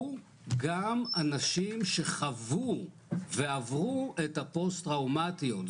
גם אנשים שחוו ועברו את הפוסט טראומטיות.